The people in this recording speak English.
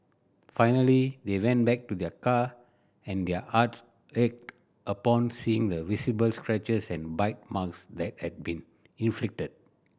finally they went back to their car and their hearts ached upon seeing the visible scratches and bite marks that had been inflicted